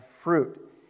fruit